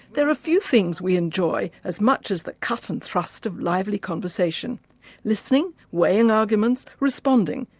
there are few things we enjoy as much as the cut and thrust of lively conversation listening, weighing arguments, responding,